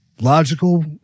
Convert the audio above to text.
logical